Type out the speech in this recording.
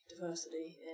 diversity